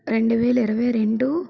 రెండు వేలా ఇరవై రెండు